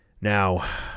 Now